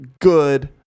good